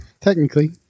technically